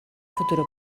futura